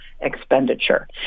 expenditure